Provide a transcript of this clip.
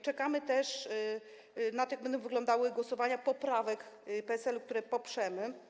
Czekamy też na to, jak będą wyglądały głosowania poprawek PSL-u, które poprzemy.